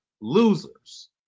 losers